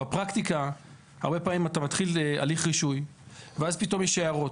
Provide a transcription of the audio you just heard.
בפרקטיקה הרבה פעמים אתה מתחיל הליך רישוי ואז פתאום יש הערות.